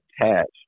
attached